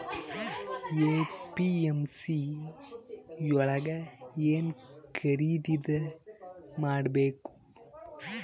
APMC ಯೊಳಗ ಏನ್ ಖರೀದಿದ ಮಾಡ್ಬೇಕು?